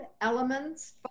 elements